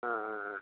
ஆ ஆ ஆ